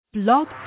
Blog